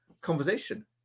conversation